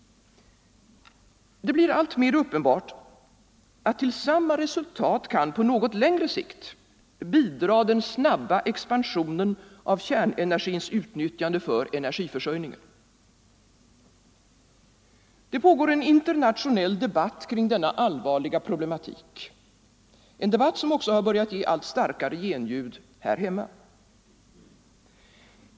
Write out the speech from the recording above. Det blir alltmer uppenbart att till samma resultat kan, på något längre sikt, bidraga den snabba expansionen av kärnenergins utnyttjande för energiförsörjningen. Det pågår en internationell debatt kring denna allvarliga problematik, en debatt som också har börjat ge allt starkare genljud här hemma.